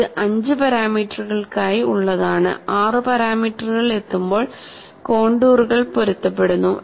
ഇത് അഞ്ച് പാരാമീറ്ററുകൾക്കായി ഉള്ളതാണ് ആറ് പാരാമീറ്ററുകൾ എത്തുമ്പോൾ കോൺടൂറുകൾ പൊരുത്തപ്പെടുന്നു